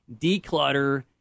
declutter